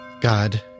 God